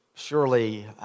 Surely